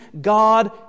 God